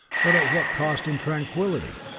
but at what cost in tranquility!